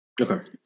okay